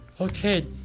okay